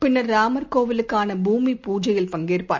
பின்னர் ராமர் கோவிலுக்கான பூமி பூஜையில் பங்கேற்பார்